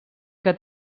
que